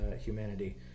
humanity